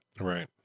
Right